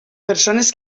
persones